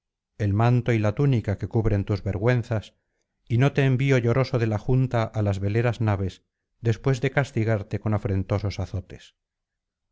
el manto y la túnica que cubren tus vergüenzas y no te envío lloroso de la junta á las veleras naves después de castigarte con afrentosos azotes